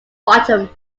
bottom